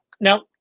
now